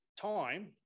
time